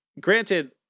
granted